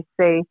say